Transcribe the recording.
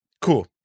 cool